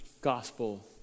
gospel